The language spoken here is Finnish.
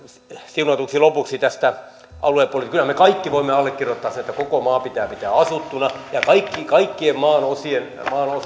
siunatuksi lopuksi tästä aluepolitiikasta kyllähän me kaikki voimme allekirjoittaa sen että koko maa pitää pitää asuttuna ja kaikkien maan osien